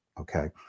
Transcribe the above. okay